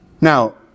Now